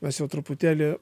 mes jau truputėlį